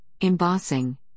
embossing